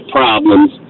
problems